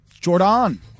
Jordan